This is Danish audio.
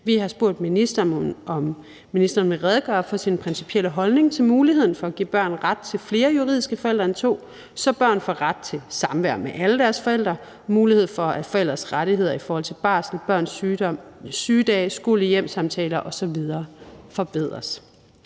Vi har spurgt ministeren, om ministeren vil redegøre for sin principielle holdning til muligheden for at give børn ret til flere juridiske forældre end to, så børn får ret til samvær med alle deres forældre, og muligheden for, at forældres rettigheder i forhold til barsel, børns sygedage, skole-hjem-samtaler osv. forbedres.